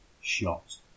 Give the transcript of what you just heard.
shot